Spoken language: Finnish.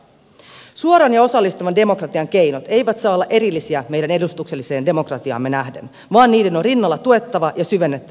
suoran ja osallistavan demokratian keinot eivät saa olla erillisiä meidän edustukselliseen demokratiaamme nähden vaan niiden on rinnalla tuettava ja syvennettävä sitä